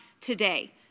today